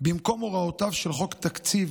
במקום הוראותיו של חוק התקציב